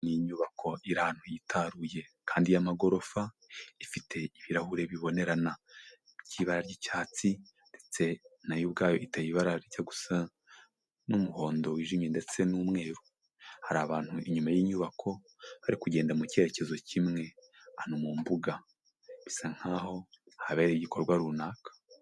Ni inyubako iri ahantu yitaruye kandi y'amagorofa, ifite ibirahure bibonerana by'ibara ry'icyatsi ndetse na yo ubwayo iteye ibara rijya gusa n'umuhondo wijimye ndetse n'umweru; hari abantu inyuma y'inyubako bari kugenda mu kerekezo kimwe, ahantu mu mbuga bisa nk'aho habereye igikorwa runaka.